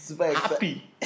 happy